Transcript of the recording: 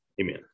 Amen